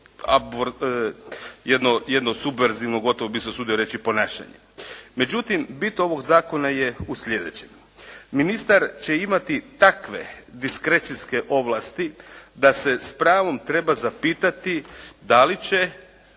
jedno subverzivno, gotovo bih se usudio reći ponašanja. Međutim, bit ovog zakona je u slijedećem. Ministar će imati takve diskrecijske ovlasti, da se s pravom treba zapitati, da li će